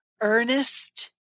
earnest